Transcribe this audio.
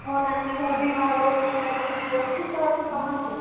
ମୋ ନାନୀଙ୍କର ବି ବାହାଘର ଅଛି ଏ ବର୍ଷ ଅଛି ତ ଟିକିଏ କମାନ୍ତୁ